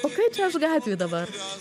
o kaip čia aš gatvėj dabar